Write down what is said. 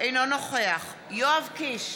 אינו נוכח יואב קיש,